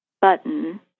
button